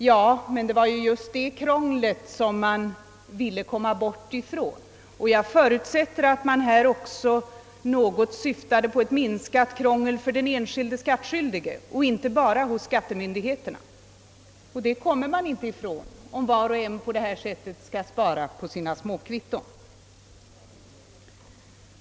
Det var emellertid just detta krångel man ville komma bort ifrån, och jag förutsätter också att det i detta fall i någon mån eftersträvats en minskning av krånglet för den enskilde skattskyldige och inte bara för skattemyndigheterna. Krånglet kommer man inte ifrån om var och en på detta sätt skall spara på småkvitton.